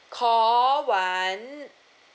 call one